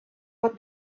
but